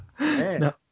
No